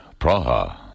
Praha